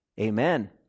Amen